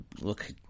look